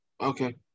Okay